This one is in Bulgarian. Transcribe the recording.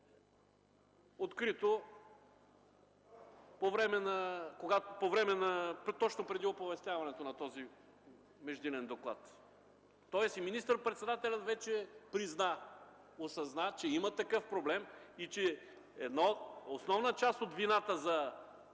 открито точно преди оповестяването на този междинен доклад. Тоест и министър-председателят вече призна, осъзна, че има такъв проблем и една основна част от вината за